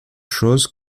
choses